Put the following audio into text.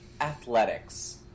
athletics